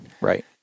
Right